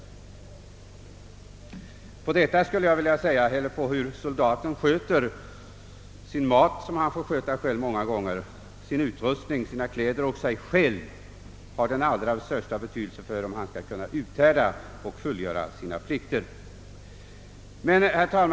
Hur soldaten klarar sin mathållning — den får han ofta sköta själv — sin utrust ning, sina kläder och sig själv har den allra största betydelse för hur han skall kunna fullgöra sina plikter i den större sammanslutningen.